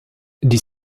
die